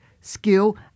skill